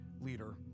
Leader